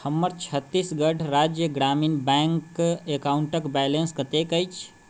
हमर छत्तीसगढ़ राज्य ग्रामीण बैंक अकाउंटक बैलेंस कतेक अछि